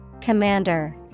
Commander